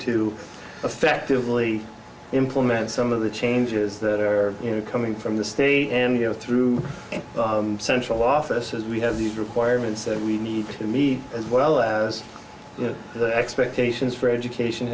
to effectively implement some of the changes that are you know coming from the state and you know through central office as we have these requirements that we need to me as well as the expectations for education